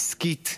עסקית,